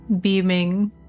beaming